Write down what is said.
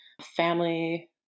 family